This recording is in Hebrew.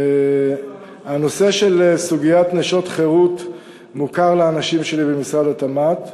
הנושא של סוגיית נשי חרות מוכר לאנשים שבמשרד התמ"ת.